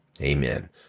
Amen